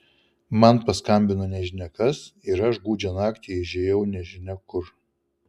man paskambino nežinia kas ir aš gūdžią naktį išėjau nežinia kur